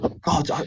God